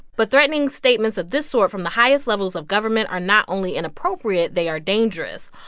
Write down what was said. but threatening statements of this sort from the highest levels of government are not only inappropriate, they are dangerous.